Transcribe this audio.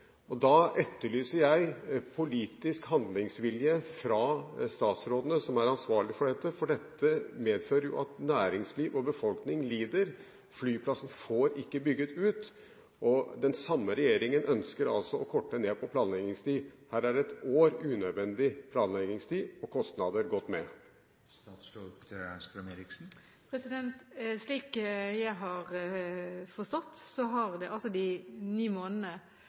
og der har saken stått. Da etterlyser jeg politisk handlingsvilje fra de statsrådene som er ansvarlige for dette, for det medfører jo at næringsliv og befolkning lider, og at flyplassen ikke får bygget ut. Og den samme regjeringen ønsker altså å korte ned på planleggingstiden. Her har ett år med unødvendig planleggingstid og kostnader gått med. Slik jeg har forstått det, har partene de ni månedene